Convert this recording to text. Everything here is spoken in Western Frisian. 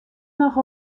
noch